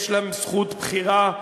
יש להם זכות בחירה.